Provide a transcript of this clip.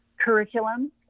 curriculum